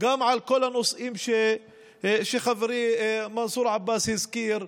גם על כל הנושאים שחברי מנסור עבאס הזכיר,